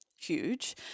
huge